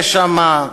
יש שם,